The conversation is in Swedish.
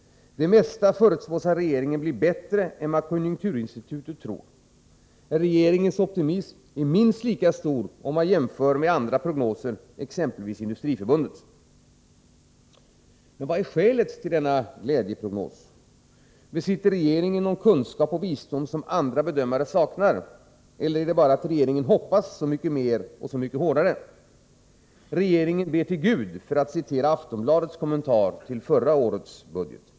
Det mesta förutspås av regeringen bli bättre än vad konjunkturinstitutet tror. Regeringens optimism är minst lika stor om man jämför med andra prognoser, exempelvis Industriförbundets. Men vad är skälet till denna glädjeprognos? Besitter regeringen någon kunskap och visdom som andra bedömare saknar? Eller är det bara så att regeringen hoppas så mycket mer och hårdare? ”Regeringen ber till Gud”, för att citera Aftonbladets kommentar till förra årets budget.